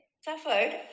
suffered